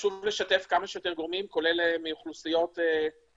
חשוב לשתף כמה שיותר גורמים מאוכלוסיות שונות,